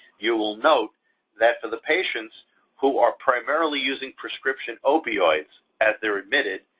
you will note that for the patients who are primarily using prescription opioids as they're admitted,